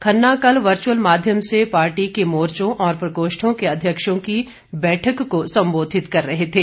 खन्ना कल वर्चअल माध्यम से पार्टी के मोर्चों और प्रकोष्ठों के अध्यक्षों की बैठक को संबोधित कर रहे थे